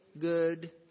good